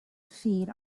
feed